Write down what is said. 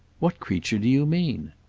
what creature do you mean?